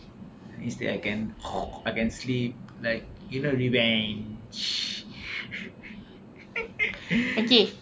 instead I can talk I can sleep like you know revenge